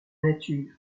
nature